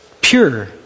Pure